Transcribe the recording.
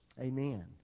Amen